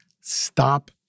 stop